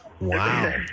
Wow